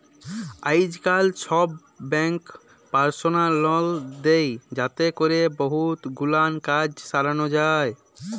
আইজকাল ছব ব্যাংকই পারসলাল লল দেই যাতে ক্যরে বহুত গুলান কাজ সরানো যায়